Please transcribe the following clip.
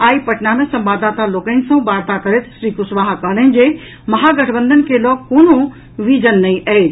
आई पटना मे संवाददाता लोकनि सँ वार्ता करैत श्री कुशवाहा कहलनि जे महागठबंधन के लऽग कोनो विजन नहि अछि